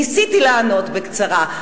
וניסיתי לענות בקצרה.